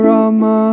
Rama